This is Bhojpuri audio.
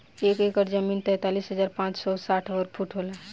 एक एकड़ जमीन तैंतालीस हजार पांच सौ साठ वर्ग फुट होला